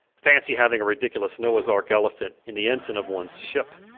fancy having a ridiculous noahs ark elephant in the ensign of ones ship,